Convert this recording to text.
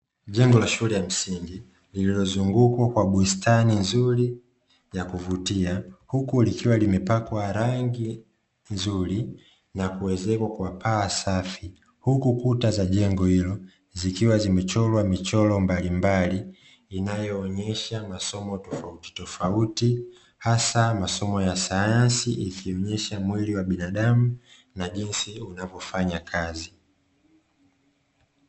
Jengo la shule ya msingi lililozungukwa kwa bustani nzuri ya kuvutia, huku likiwa limepakwa rangi nzuri na kuezekwa kwa paa safi. Huku kuta za jengo hilo zikiwa zimechorwa michoro mbalimbali inayoonyesha masomo tofautitofauti, hasa masomo ya sayansi ikionyesha mwili wa binadamu na jinsi unavyofanya kazi.